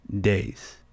days